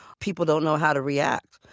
people don't know how to react,